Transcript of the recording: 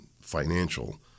financial